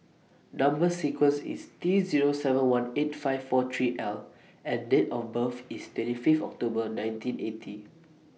Number sequence IS T Zero seven one eight five four three L and Date of birth IS twenty five October nineteen eighty